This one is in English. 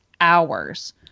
hours